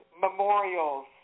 memorials